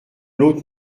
l’autre